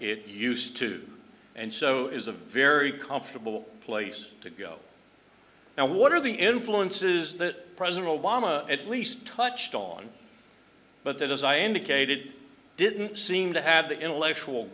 it used to and so is a very comfortable place to go now what are the influences that president obama at least touched on but that as i indicated didn't seem to have the intellectual